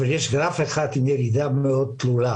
אבל יש גרף אחד עם ירידה מאוד תלולה